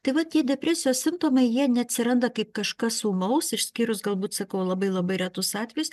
tai vat tie depresijos simptomai jie neatsiranda kaip kažkas ūmaus išskyrus galbūt sakau labai labai retus atvejus